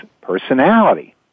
personality